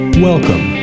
Welcome